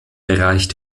bereich